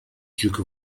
duke